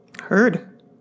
heard